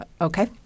okay